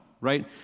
right